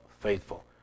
faithful